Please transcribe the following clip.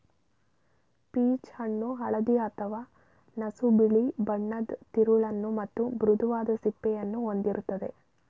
peach ಹಣ್ಣು ಹಳದಿ ಅಥವಾ ನಸುಬಿಳಿ ಬಣ್ಣದ್ ತಿರುಳನ್ನು ಮತ್ತು ಮೃದುವಾದ ಸಿಪ್ಪೆಯನ್ನು ಹೊಂದಿರ್ತದೆ